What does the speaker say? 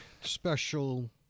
special